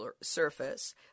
surface